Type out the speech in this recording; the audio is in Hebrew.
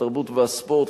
התרבות והספורט,